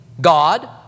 God